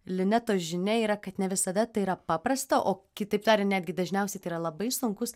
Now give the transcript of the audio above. linetos žinia yra kad ne visada tai yra paprasta o kitaip tariant netgi dažniausiai yra labai sunkus